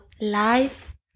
life